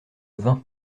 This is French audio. vin